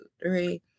three